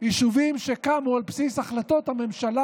יישובים שקמו על בסיס החלטות הממשלה